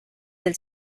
del